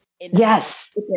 Yes